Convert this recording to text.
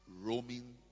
roaming